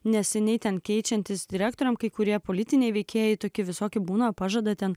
neseniai ten keičiantis direktoriams kai kurie politiniai veikėjai tokie visokie būna pažada ten